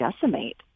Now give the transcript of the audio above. decimate